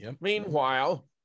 Meanwhile